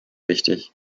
wichtig